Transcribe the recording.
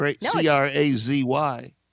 C-R-A-Z-Y